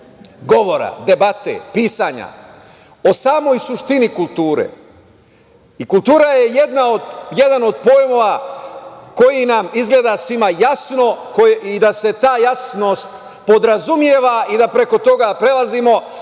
govora, debate, pisanja o samoj suštini kulture. Kultura je jedan od pojmova koji nam izgleda svima jasno i da se ta jasnost podrazumeva i da preko toga prelazimo,